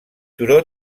turó